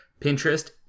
Pinterest